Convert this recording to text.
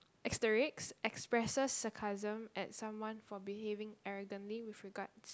asterisk expresses sarcasm at someone for behaving arrogantly with regards